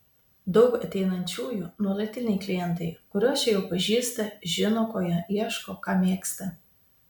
daug ateinančiųjų nuolatiniai klientai kuriuos čia jau pažįsta žino ko jie ieško ką mėgsta